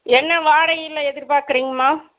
என்ன வாடகையில் எதிர்பார்க்குறீங்கம்மா